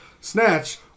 Snatch